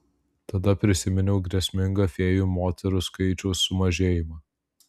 tada prisiminiau grėsmingą fėjų moterų skaičiaus sumažėjimą